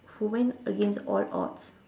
who went against all odds